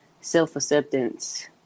self-acceptance